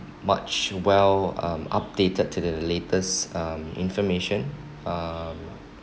much well um updated to the late latest um information